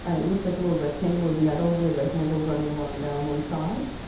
it looks like a little rectangle of metal with a handle running along down one side.